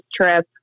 trip